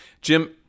Jim